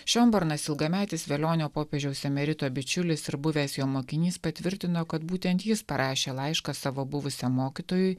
šiombornas ilgametis velionio popiežiaus emerito bičiulis ir buvęs jo mokinys patvirtino kad būtent jis parašė laišką savo buvusiam mokytojui